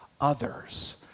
others